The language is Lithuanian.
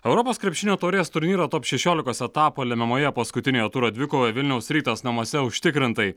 europos krepšinio taurės turnyro top šešiolikos etapo lemiamoje paskutiniojo turo dvikovoje vilniaus rytas namuose užtikrintai